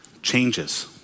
Changes